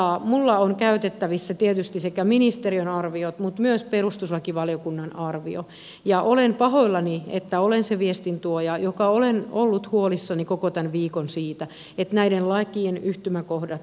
minulla on käytettävissäni tietysti sekä ministeriön arviot mutta myös perustuslakivaliokunnan arvio ja olen pahoillani että olen se viestintuoja joka olen ollut huolissani koko tämän viikon siitä että näiden lakien yhtymäkohdat ymmärretään